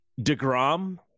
DeGrom